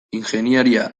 ingeniaria